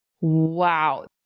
Wow